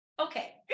Okay